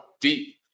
deep